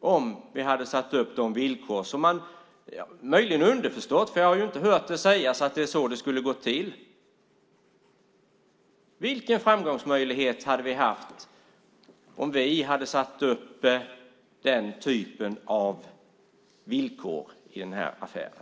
om vi hade satt upp de villkor som man tydligen satt upp - möjligen underförstått eftersom jag inte har hört sägas att det är så det skulle gå till? Vilken framgångsmöjlighet hade vi haft om vi hade satt upp den typen av villkor i den här affären?